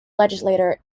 legislature